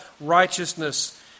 righteousness